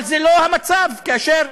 אבל זה לא המצב כאשר